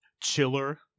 chiller